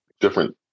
different